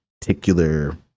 particular